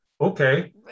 okay